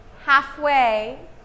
Halfway